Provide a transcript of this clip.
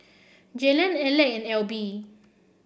Jalen Aleck and Elby